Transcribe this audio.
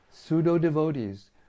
Pseudo-devotees